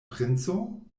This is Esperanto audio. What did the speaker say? princo